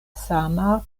sama